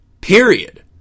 period